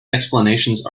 explanations